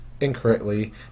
incorrectly